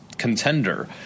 Contender